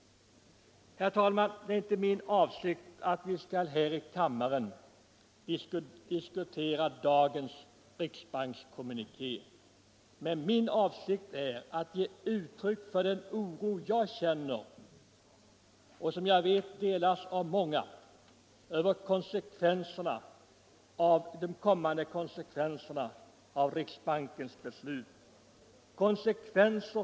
Det är inte min avsikt att vi här i kammaren nu skall diskutera dagens riksbankskommuniké, utan jag vill bara ge uttryck för den oro som jag känner — och som jag vet delas av många — inför konsekvenserna av riksbankens beslut.